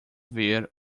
ver